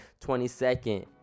22nd